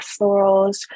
florals